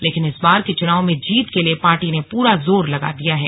लेकिन इस बार के चुनाव में जीत के लिए पार्टी ने पूरा जोर लगा दिया है